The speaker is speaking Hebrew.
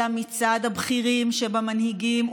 אלא מצד הבכירים שבמנהיגים,